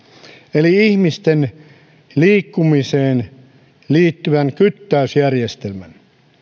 eli ihmisten liikkumiseen liittyvän kyttäysjärjestelmän